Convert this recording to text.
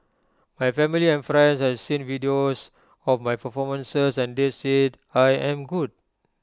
my family and friends have seen videos of my performances and they said I am good